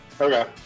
Okay